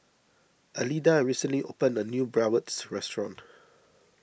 Alida recently opened a new Bratwurst restaurant